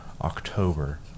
October